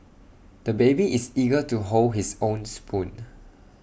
the baby is eager to hold his own spoon